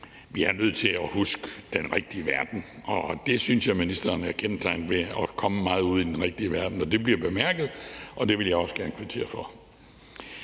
vi er nødt til at huske den rigtige verden, og det synes jeg ministeren er kendetegnet ved, altså at komme meget ude i den rigtige verden, og det bliver bemærket, og det vil jeg også gerne kvittere for.